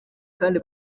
kandi